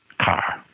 car